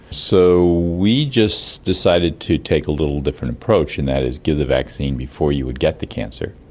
so we just decided to take a little different approach, and that is get the vaccine before you would get the cancer,